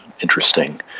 interesting